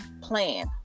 plan